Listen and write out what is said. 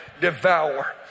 devour